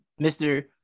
Mr